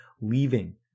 leaving